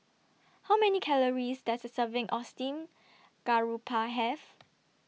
How Many Calories Does A Serving of Steamed Garoupa Have